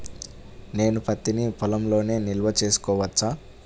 నేను పత్తి నీ పొలంలోనే నిల్వ చేసుకోవచ్చా?